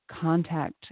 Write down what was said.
contact